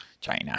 China